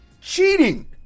cheating